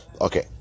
Okay